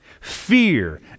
fear